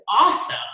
awesome